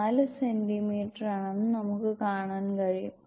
4 സെന്റീമീറ്ററാണെന്ന് നമുക്ക് കാണാൻ കഴിയും